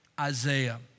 Isaiah